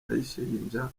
ayishinja